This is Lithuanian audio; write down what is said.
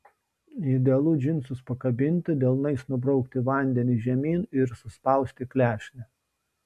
idealu džinsus pakabinti delnais nubraukti vandenį žemyn ir suspausti klešnę